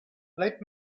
let